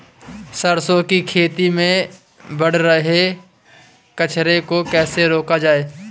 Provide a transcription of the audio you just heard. सरसों की खेती में बढ़ रहे कचरे को कैसे रोका जाए?